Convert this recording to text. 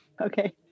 Okay